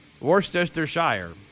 Worcestershire